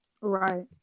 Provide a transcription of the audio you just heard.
Right